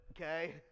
okay